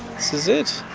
this is it